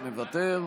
מוותר.